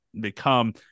become